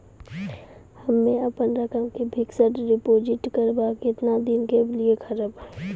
हम्मे अपन रकम के फिक्स्ड डिपोजिट करबऽ केतना दिन के लिए करबऽ?